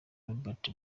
robert